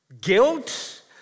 guilt